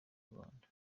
rubanda